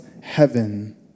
heaven